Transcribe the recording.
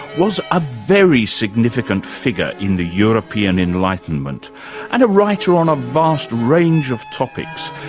was a very significant figure in the european enlightenment and a writer on a vast range of topics,